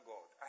God